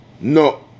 No